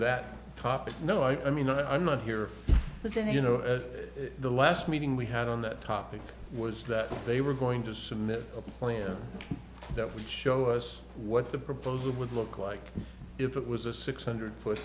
that topic no i mean i'm not here as and you know the last meeting we had on that topic was that they were going to submit a plan that would show us what the proposal would look like if it was a six hundred foot